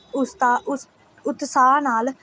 ਉਸਤਾਹ ਉਸ ਉਤਸ਼ਾਹ ਨਾਲ